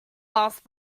last